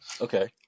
Okay